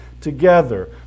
together